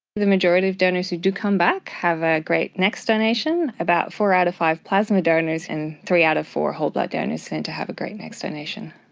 the majority of donors who do come back have a great next donation. about four out of five plasma donors and three out of four whole blood donors seem to have a great next donation.